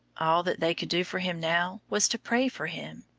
all that they could do for him now was to pray for him.